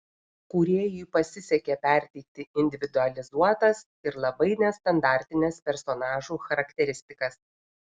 kūrėjui pasisekė perteikti individualizuotas ir labai nestandartines personažų charakteristikas